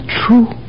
true